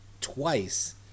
twice